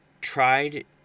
tried